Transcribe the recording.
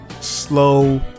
slow